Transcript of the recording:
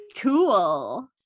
cool